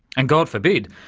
and god forbid,